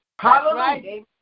Hallelujah